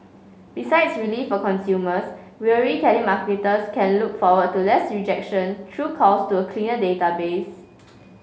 besides relief for consumers weary telemarketers can look forward to less rejection through calls to a clear database